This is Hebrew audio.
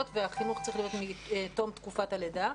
והחינוך צריך להיות מתום תקופת הלידה.